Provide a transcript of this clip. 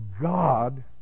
god